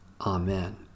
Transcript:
Amen